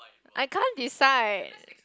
I can't decide